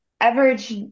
average